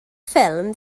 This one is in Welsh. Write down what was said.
ffilm